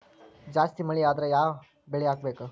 ಜಾಸ್ತಿ ಮಳಿ ಆದ್ರ ಯಾವ ಬೆಳಿ ಹಾಕಬೇಕು?